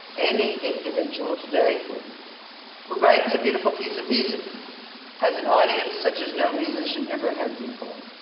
any individual today who who writes a beautiful piece of music has an audience such as no musician ever had before.